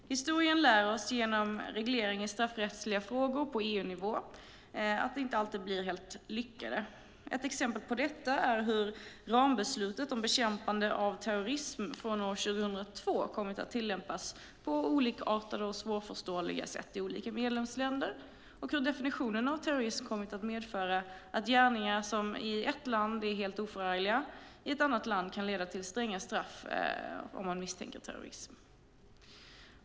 Historien lär oss att reglering i straffrättsliga frågor på EU-nivå inte alltid blir helt lyckad. Ett exempel på detta är hur rambeslutet om bekämpande av terrorism från år 2002 kommit att tillämpas på olikartade och svårförståeliga sätt i olika medlemsländer och hur definitionen av terrorism kommit att medföra att gärningar som i ett land är helt oförargliga i ett helt annat land kan leda till stränga straff om man misstänker terrorism.